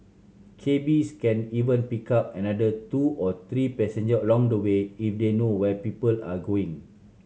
cabbies can even pick up another two to three passengers along the way if they know where people are going